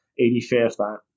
85th